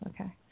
Okay